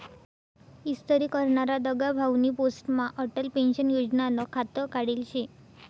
इस्तरी करनारा दगाभाउनी पोस्टमा अटल पेंशन योजनानं खातं काढेल शे